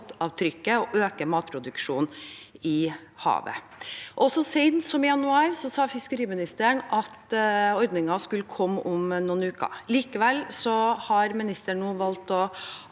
fotavtrykk og økt matproduksjon i havet. Så sent som i januar sa fiskeriministeren at ordningen skulle komme om noen uker. Likevel har statsråden nå valgt å